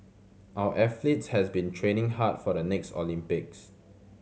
our athletes have been training hard for the next Olympics